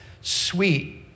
sweet